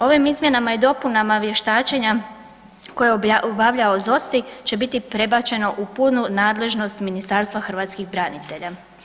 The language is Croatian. Ovim izmjenama i dopunama vještačenja koje je obavljao ZOSI će biti prebačeno u punu nadležnost Ministarstva hrvatskih branitelja.